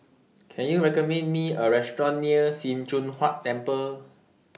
Can YOU recommend Me A Restaurant near SIM Choon Huat Temple